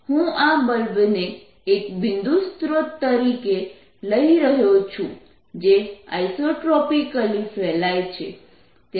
હું આ બલ્બને એક બિંદુ સ્રોત તરીકે લઈ રહ્યો છું જે આઇસોટ્રોપિકલી ફેલાય છે